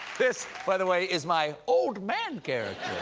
this, by the way, is my old man character.